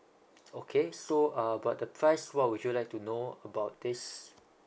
okay so uh but the price what would you like to know about this